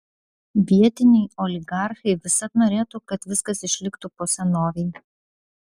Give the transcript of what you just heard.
vietiniai oligarchai visad norėtų kad viskas išliktų po senovei